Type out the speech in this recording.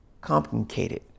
complicated